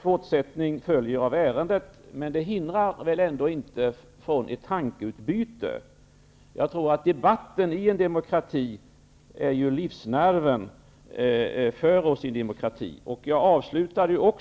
Fortsättning följer av ärendet. Men det hindrar ändå inte ett tankeutbyte. Debatten är ju livsnerven för oss i en demokrati.